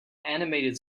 animated